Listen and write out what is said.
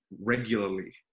regularly